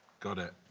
got it.